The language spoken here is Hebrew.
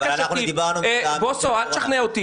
אבל אנחנו דיברנו --- בוסו, אל תשכנע אותי.